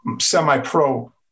semi-pro